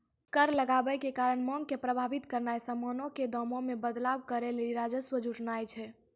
कर लगाबै के कारण मांग के प्रभावित करनाय समानो के दामो मे बदलाव करै लेली राजस्व जुटानाय छै